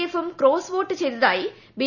എഫും cross vote ചെയ്തതായി B